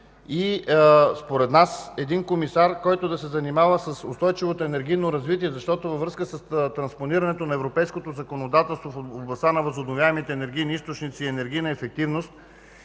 според нас един комисар, който да се занимава с устойчивото енергийно развитие, защото във връзка с транспонирането на европейското законодателство в областта на възобновяемите енергийни източници и енергийна ефективност